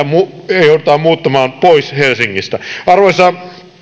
kun joudutaan muuttamaan pois helsingistä arvoisa